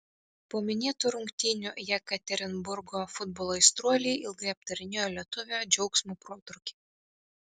po minėtų rungtynių jekaterinburgo futbolo aistruoliai ilgai aptarinėjo lietuvio džiaugsmo protrūkį